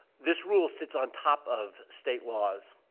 this rule sits on top of state laws,